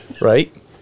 right